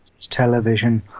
television